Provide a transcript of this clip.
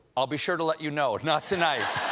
i'll be sure to let you know. not tonight.